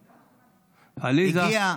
עליזה,